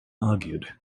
argued